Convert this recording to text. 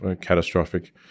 catastrophic